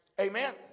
Amen